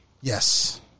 Yes